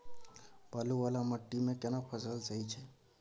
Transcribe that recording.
बालू वाला माटी मे केना फसल सही छै?